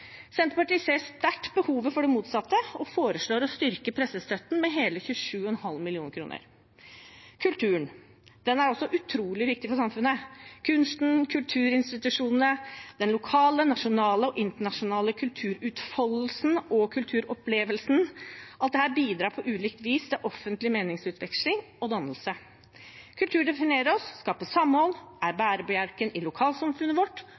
Senterpartiet ser sterkt behovet for det motsatte og foreslår å styrke pressestøtten med hele 27,5 mill. kr. Kulturen er utrolig viktig for samfunnet. Kunsten, kulturinstitusjonene, den lokale, nasjonale og internasjonale kulturutfoldelsen og kulturopplevelsen – alt dette bidrar på ulikt vis til offentlig meningsutveksling og dannelse. Kultur definerer oss, skaper samhold, er bærebjelken i lokalsamfunnet vårt,